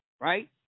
right